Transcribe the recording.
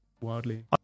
wildly